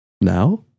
now